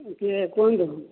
କିଏ କୁହନ୍ତୁ